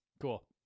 cool